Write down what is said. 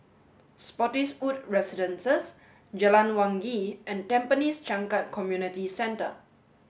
Spottiswoode Residences Jalan Wangi and Tampines Changkat Community Centre